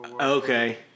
Okay